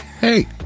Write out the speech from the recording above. hey